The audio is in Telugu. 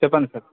చెప్పండి సార్